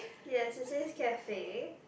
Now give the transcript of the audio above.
yes it says cafe